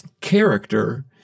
Character